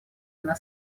она